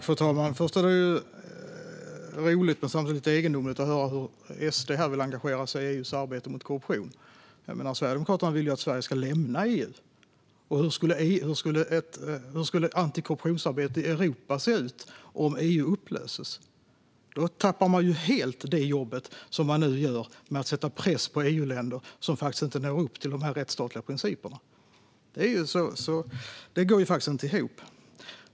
Fru ålderspresident! För det första är det roligt att höra att SD vill engagera sig i EU:s arbete mot korruption, men det är samtidigt egendomligt. Sverigedemokraterna vill nämligen att Sverige ska lämna EU, och hur skulle ett antikorruptionsarbete i Europa se ut om EU upplöstes? Då skulle man ju helt tappa det jobb som nu görs för att sätta press på EU-länder som inte når upp till dessa rättsstatliga principer. Det går faktiskt inte ihop.